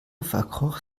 verkroch